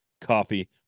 coffee